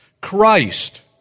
Christ